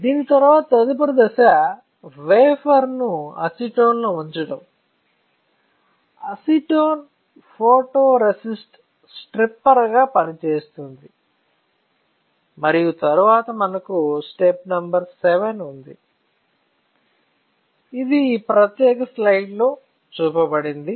దీని తరువాత తదుపరి దశ వేఫర్ ను అసిటోన్లో ముంచడం అసిటోన్ ఫోటోరెసిస్టర్ స్ట్రిప్పర్గా పనిచేస్తుంది మరియు తరువాత మనకు స్టెప్ నంబర్ VII ఉంటుంది ఇది ఈ ప్రత్యేక స్లైడ్లో చూపబడుతుంది